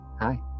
Hi